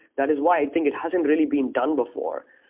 that is why i think it hasn't really been done before.